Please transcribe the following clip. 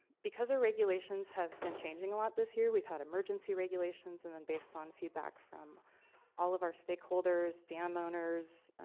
because the regulations have been changing a lot this year, we've had emergency regulations, and then based on feedback from all of our stakeholders, dam owners,